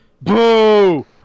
Boo